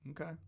Okay